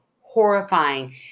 horrifying